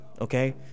okay